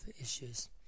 issues